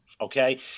Okay